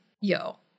yo